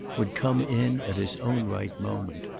would come in at his own right moment.